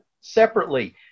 separately